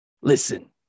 Listen